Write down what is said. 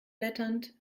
blätternd